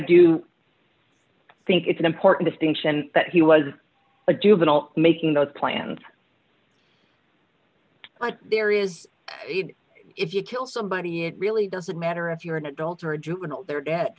do think it's an important distinction that he was a juvenile making those plans there is if you kill somebody it really doesn't matter if you're an adult or a juvenile their d